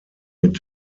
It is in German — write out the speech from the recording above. mit